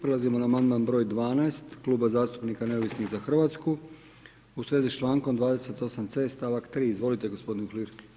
Prelazimo na amandman broj 12 Kluba zastupnika Neovisni za Hrvatsku u svezi s člankom 28. c stavak 3. Izvolite, gospodine Uhlir.